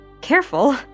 Careful